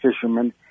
fishermen